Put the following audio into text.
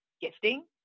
gifting